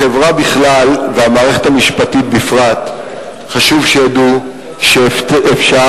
החברה בכלל והמערכת המשפטית בפרט חשוב שידעו שאפשר,